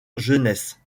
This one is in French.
jeunesse